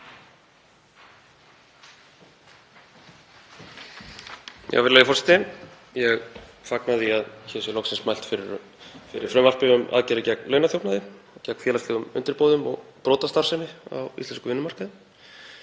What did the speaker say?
Virðulegi forseti. Ég fagna því að hér sé loksins mælt fyrir frumvarpi um aðgerðir gegn launaþjófnaði og gegn félagslegum undirboðum og brotastarfsemi á íslenskum vinnumarkaði.